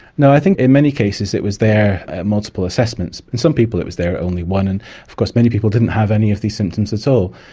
no, i think in many cases it was there at multiple assessments. in some people it was there at only one and of course many people didn't have any of these symptoms at so